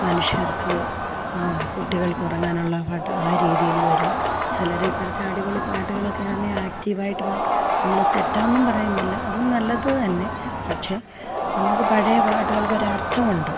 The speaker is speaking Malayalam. മനുഷ്യർക്ക് കുട്ടികൾക്ക് ഉറങ്ങാനുള്ള പാട്ട് ആ രീതിയിൽ വരും ചിലർ ഇപ്പോഴത്തെ അടിപൊളി പാട്ടുകളൊക്കെയാന്നെങ്കിൽ ആക്റ്റീവ് ആയിട്ട് പാടും നമ്മൾ തെറ്റാന്നും പറയുന്നില്ല അതും നല്ലത് തന്നെ പക്ഷെ നമ്മൾക്ക് പഴയ പാട്ടുകൾക്ക് ഒരു അർത്ഥമുണ്ട്